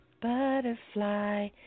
Butterfly